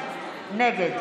נגד